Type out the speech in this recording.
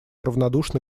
равнодушно